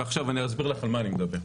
ועכשיו אני אסביר לך על מה אני מדבר.